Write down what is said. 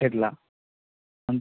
കേട്ടില്ല